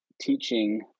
teaching